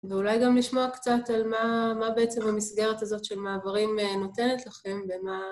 ואולי גם לשמוע קצת על מה... מה בעצם המסגרת הזאת של מעברים אה, נותנת לכם, ומה...